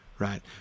Right